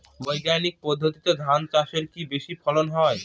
বৈজ্ঞানিক পদ্ধতিতে ধান চাষে কি বেশী ফলন হয়?